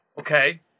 okay